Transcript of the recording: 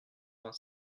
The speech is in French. vingt